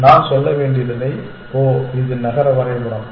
நான் சொல்ல வேண்டியதில்லை ஓ இது நகர வரைபடம்